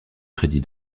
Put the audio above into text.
crédit